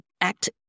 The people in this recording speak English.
act